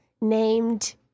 named